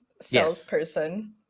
salesperson